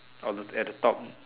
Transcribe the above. orh the at the top